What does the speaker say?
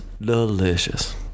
delicious